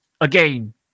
again